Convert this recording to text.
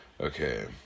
Okay